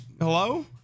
hello